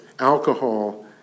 Alcohol